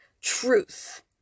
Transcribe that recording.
truth